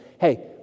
hey